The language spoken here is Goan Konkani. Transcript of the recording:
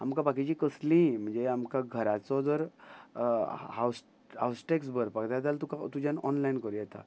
आमकां बाकीची कसली म्हणजे आमकां घराचो जर हाव हावस टेक्स भरपाक जाय जाल्यार तुका तुज्यान ऑनलायन करूं येता